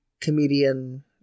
comedian